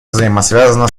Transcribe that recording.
взаимосвязана